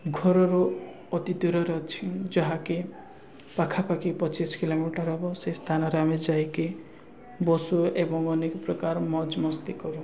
ଘରରୁ ଅତି ଦୂରରେ ଅଛି ଯାହାକି ପାଖାପାଖି ପଚିଶି କିଲୋମିଟର ହେବ ସେଇ ସ୍ଥାନରେ ଆମେ ଯାଇକି ବସୁ ଏବଂ ଅନେକ ପ୍ରକାର ମୌଜ ମସ୍ତି କରୁ